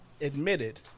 admitted